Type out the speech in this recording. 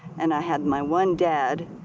and i had my one dad,